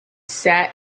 sat